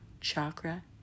chakra